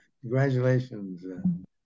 Congratulations